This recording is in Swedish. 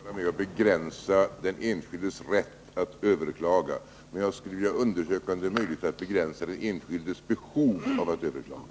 Herr talman! Nej, jag vill inte vara med om att begränsa den enskildes rätt att överklaga. Men jag skulle vilja undersöka den enskildes behov av att överklaga.